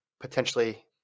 potentially